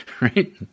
right